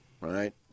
right